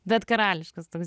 bet karališkas toks